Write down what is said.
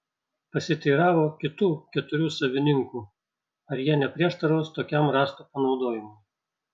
pasiteiravo kitų keturių savininkų ar jie neprieštaraus tokiam rąstų panaudojimui